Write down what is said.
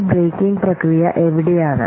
ഈ ബ്രേക്കിംഗ് പ്രക്രിയ എവിടെയാണ്